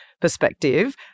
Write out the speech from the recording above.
perspective